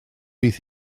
bydd